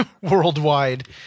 worldwide